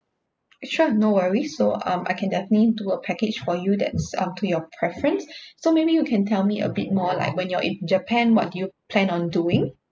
sure no worries so um I can definitely do a package for you that's um to your preference so maybe you can tell me a bit more like when you're in japan what do you plan on doing